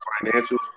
financial